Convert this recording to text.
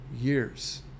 years